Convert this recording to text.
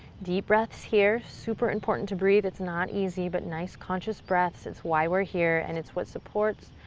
deep breaths here, super important to breathe, it's not easy but nice conscious breaths it's why we're here and it's what supports